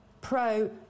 Pro